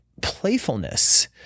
playfulness